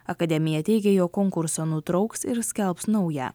akademija teigė jog konkurso nutrauks ir skelbs naują